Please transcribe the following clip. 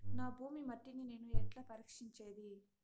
నా భూమి మట్టిని నేను ఎట్లా పరీక్షించేది?